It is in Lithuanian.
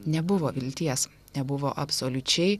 nebuvo vilties nebuvo absoliučiai